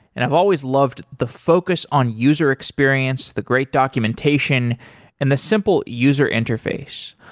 and i've always loved the focus on user experience, the great documentation and the simple user interface.